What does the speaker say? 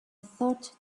thought